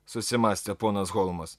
susimąstė ponas holmas